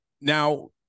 Now